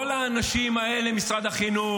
משרד החינוך,